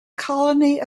colony